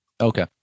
Okay